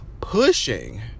pushing